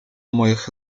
moich